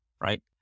right